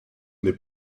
n’est